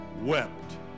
wept